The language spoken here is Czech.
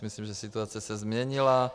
Já si myslím, že situace se změnila.